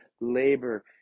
labor